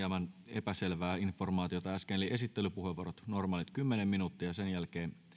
epäselvää informaatiota eli esittelypuheenvuorot ovat normaalit kymmenen minuuttia ja sen jälkeen on